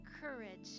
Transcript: courage